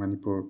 Manipur